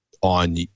on